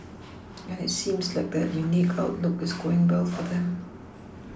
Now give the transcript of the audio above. and it seems like that unique outlook is going well for them